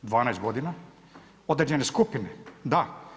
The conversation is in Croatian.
12 godina određene skupine, da.